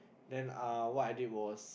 then uh what did I was